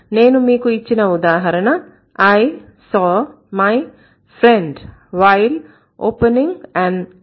నేను మీకు ఇచ్చిన ఉదాహరణ I saw my friend while opening an umbrella